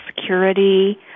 Security